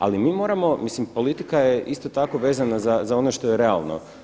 Ali mi moramo, mislim politika je isto tako vezana za ono što je realno.